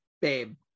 babe